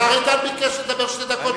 השר איתן ביקש לדבר שתי דקות,